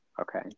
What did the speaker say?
okay